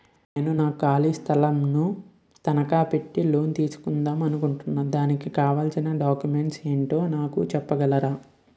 నేను నా ఖాళీ స్థలం ను తనకా పెట్టి లోన్ తీసుకుందాం అనుకుంటున్నా దానికి కావాల్సిన డాక్యుమెంట్స్ ఏంటో నాకు చెప్పగలరా?